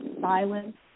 silence